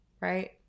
right